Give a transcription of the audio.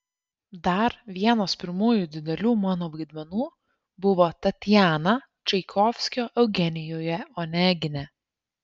dar vienas pirmųjų didelių mano vaidmenų buvo tatjana čaikovskio eugenijuje onegine